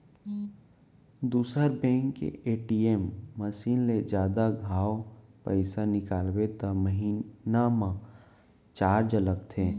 दूसर बेंक के ATM machine ले जादा घांव पइसा निकालबे त महिना म चारज लगथे